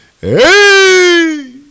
Hey